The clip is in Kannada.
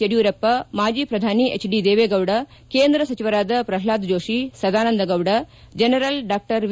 ಯಡಿಯೂರಪ್ಪ ಮಾಜಿ ಪ್ರಧಾನಿ ಹೆಚ್ ಡಿ ದೇವೇಗೌಡ ಕೇಂದ್ರ ಸಚಿವರಾದ ಪ್ರಹ್ನಾದ್ ಜೋಶಿ ಸದಾನಂದ ಗೌಡ ಜನರಲ್ ಡಾ ವಿ